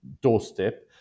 doorstep